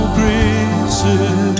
graces